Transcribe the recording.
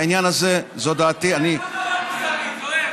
בעניין הזה זו דעתי, אני, למה לא מוסרית, זוהיר?